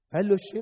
fellowship